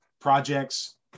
projects